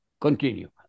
Continue